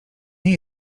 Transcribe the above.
nie